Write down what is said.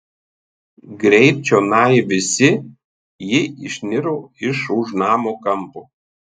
greit čionai visi ji išniro iš už namo kampo